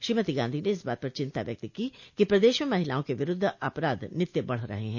श्रीमती गांधी ने इस बात पर चिंता व्यक्त की कि प्रदेश में महिलाओं के विरूद्ध अपराध नित्य बढ़ रहे हैं